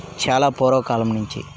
చాలా పూర్వకాలం నుంచి